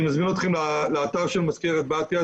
אני מזמין אתכם לאתר של מזכרת בתיה,